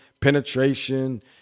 penetration